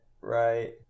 right